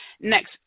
Next